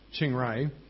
Chingrai